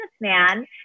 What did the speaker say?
businessman